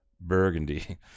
Burgundy